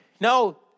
no